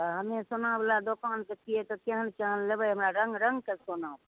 हँ हमे सोना वला दोकानके छियै तऽ केहन केहन लेबै हमरा रङ्ग रङ्गके सोना छै